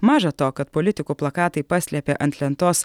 maža to kad politikų plakatai paslėpė ant lentos